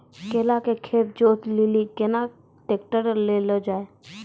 केला के खेत जोत लिली केना ट्रैक्टर ले लो जा?